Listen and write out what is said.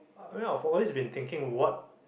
well for all this been thinking what